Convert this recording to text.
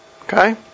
Okay